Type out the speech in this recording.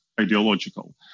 ideological